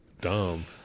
dumb